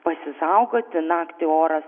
pasisaugoti naktį oras